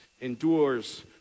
endures